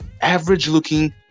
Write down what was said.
average-looking